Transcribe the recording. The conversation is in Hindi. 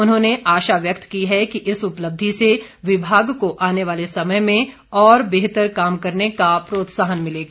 उन्होंने आशा व्यक्त की है कि इस उपलब्धि से विभाग को आने वाले समय में और बेहतर करने का प्रोत्साहन मिलेगा